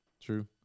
True